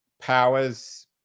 powers